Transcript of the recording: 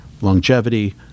longevity